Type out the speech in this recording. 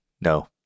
No